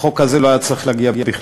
החוק הזה לא היה צריך להגיע בכלל.